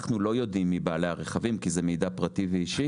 אנחנו לא יודעים מי בעלי הרכבים כי זה מידע פרטי ואישי.